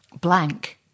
blank